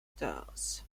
doss